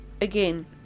Again